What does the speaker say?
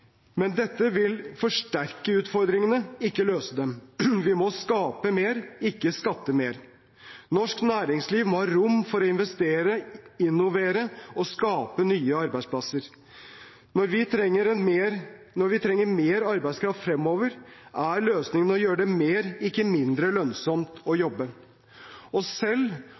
Men dette vil forsterke utfordringene, ikke løse dem. Vi må skape mer, ikke skatte mer. Norsk næringsliv må ha rom for å investere, innovere og skape nye arbeidsplasser. Når vi trenger mer arbeidskraft fremover, er løsningen å gjøre det mer, ikke mindre, lønnsomt å jobbe. Selv